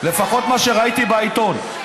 לפחות מה שראיתי בעיתון,